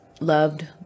Loved